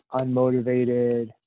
unmotivated